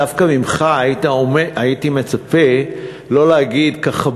דווקא ממך הייתי מצפה לא להגיד ככה,